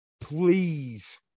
please